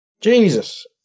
Jesus